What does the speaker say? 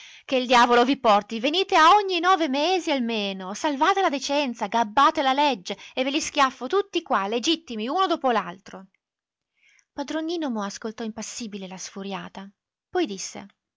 che il diavolo vi porti venite a ogni nove mesi almeno salvate la decenza gabbate la legge e ve li schiaffo tutti qua legittimi uno dopo l'altro padron nino mo ascoltò impassibile la sfuriata poi disse